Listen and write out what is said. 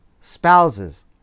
spouses